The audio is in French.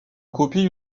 copie